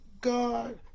God